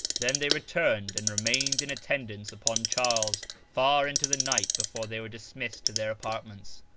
then they returned and remained in attendance upon charles far into the night before they were dismissed to their apartments.